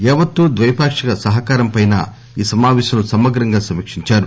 యావత్తు ద్వైపాక్షిక సహకారంపై ఈ సమావేశంలో సమగ్రంగా సమీకిందారు